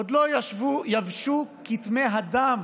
עוד לא יבשו כתמי הדם